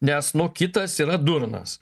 nes nu kitas yra durnas